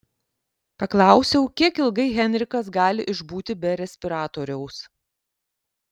paklausiau kiek ilgai henrikas gali išbūti be respiratoriaus